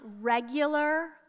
regular